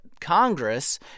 Congress